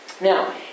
Now